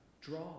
draw